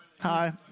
Hi